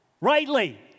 rightly